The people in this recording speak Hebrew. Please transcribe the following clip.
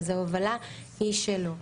אז ההובלה היא שלו.